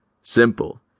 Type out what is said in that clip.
Simple